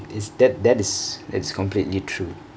is that that is that is completely true